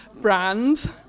brand